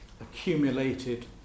accumulated